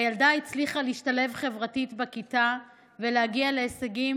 הילדה הצליחה להשתלב חברתית בכיתה ולהגיע להישגים,